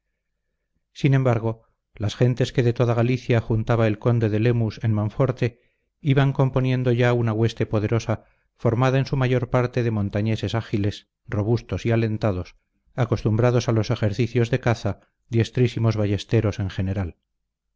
sin embargo las gentes que de toda galicia juntaba el conde de lemus en monforte iban componiendo ya una hueste poderosa formada en su mayor parte de montañeses ágiles robustos y alentados acostumbrados a los ejercicios de la caza diestrísimos ballesteros en general